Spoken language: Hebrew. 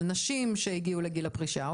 על נשים שהגיעו לגיל הפרישה,